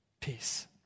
peace